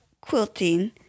quilting